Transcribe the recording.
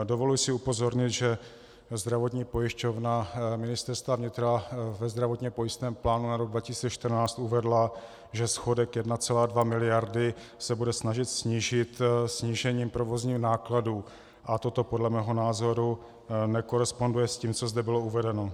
Dovoluji si upozornit, že Zdravotní pojišťovna Ministerstva vnitra ve zdravotně pojistném plánu na rok 2014 uvedla, že schodek 1,2 miliardy se bude snažit snížit snížením provozních nákladů, a toto podle mého názoru nekoresponduje s tím, co zde bylo uvedeno.